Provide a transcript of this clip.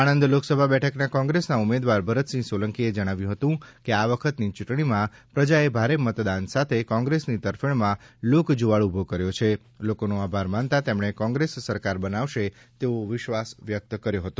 આણંદ લોકસભા બેઠકના કોંગ્રેસના ઉમેદવાર ભરતસિંહ સોલંકીએ જણાવ્યું હતું કે આ વખતની ચૂંટણીમાં પ્રજાએ ભારે મતદાન સાથે કોંગ્રેસની તરફેણમાં લોકજૂવાળ ઉભો કર્યો છે લોકોનો આભાર માનતા તેમણે કોંગ્રેસ સરકાર બનાવશે તેવો વિશ્વાસ વ્યક્ત કર્યો હતો